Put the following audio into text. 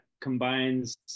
combines